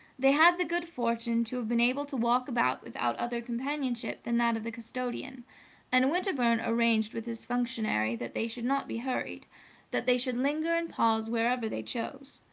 they had the good fortune to have been able to walk about without other companionship than that of the custodian and winterbourne arranged with this functionary that they should not be hurried that they should linger and pause wherever they chose.